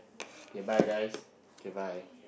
okay bye nice goodbye